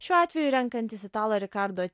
šiuo atveju renkantis italą rikardo